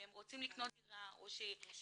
שהם רוצים לקנות דירה או שיוצאים